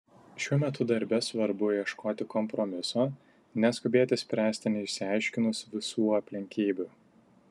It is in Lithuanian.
šiuo metu darbe svarbu ieškoti kompromiso neskubėti spręsti neišsiaiškinus visų aplinkybių